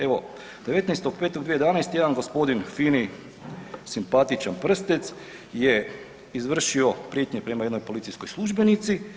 Evo 19.5.2011. jedan gospodin fini, simpatičan Prstec je izvršio prijetnje prema jednoj policijskoj službenici.